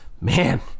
man